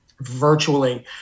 virtually